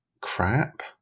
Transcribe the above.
crap